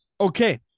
Okay